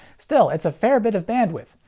still, it's a fair bit of bandwidth.